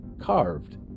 carved